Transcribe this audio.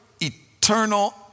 eternal